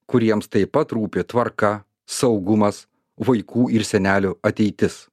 kuriems taip pat rūpi tvarka saugumas vaikų ir senelių ateitis